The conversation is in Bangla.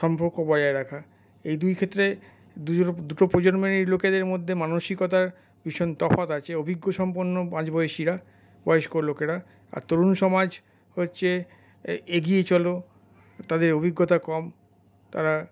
সম্পর্ক বজায় রাখা এই দুই ক্ষেত্রে দু দুটো প্রজন্মেরই লোকেদের মধ্যে মানসিকতা ভীষণ তফাৎ আছে অভিজ্ঞ সম্পন্ন মাঝবয়সিরা বয়স্ক লোকেরা আর তরুণ সমাজ হচ্ছে এগিয়ে চলো তাদের অভিজ্ঞতা কম তারা